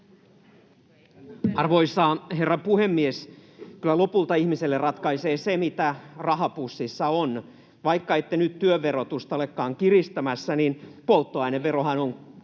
Arvoisa herra puhemies! Kyllä lopulta ihmiselle ratkaisee se, mitä rahapussissa on. Vaikka ette nyt työn verotusta olekaan kiristämässä, niin polttoaineverohan on